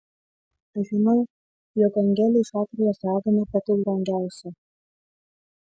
žinau jog angelei šatrijos ragana pati brangiausia